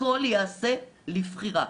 הכול יעשה לבחירה.